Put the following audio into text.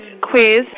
quiz